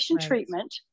treatment